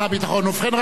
ובכן, רבותי,